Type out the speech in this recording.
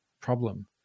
problem